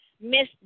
Miss